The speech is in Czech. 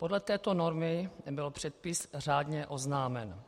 Podle této normy byl předpis řádně oznámen.